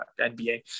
NBA